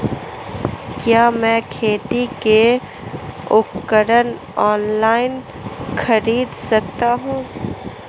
क्या मैं खेती के उपकरण ऑनलाइन खरीद सकता हूँ?